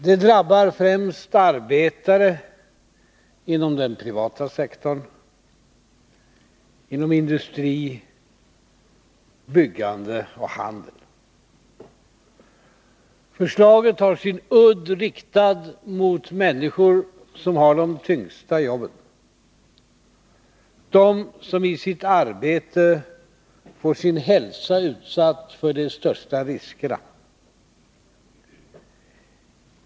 Det drabbar främst arbetare inom den privata sektorn — inom industri, byggande och handel. Förslaget har sin udd riktad mot människor som har de tyngsta jobben, de som i sitt arbete får sin hälsa utsatt för de största riskerna.